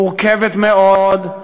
מורכבת מאוד,